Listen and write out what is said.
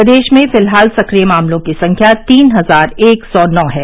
प्रदेश में फिलहाल सक्रिय मामलों की संख्या तीन हजार एक सौ नौ है